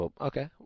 Okay